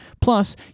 Plus